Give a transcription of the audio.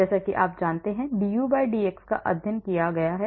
जैसा कि आप जानते हैं dUdx का अध्ययन किया होगा